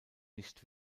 nicht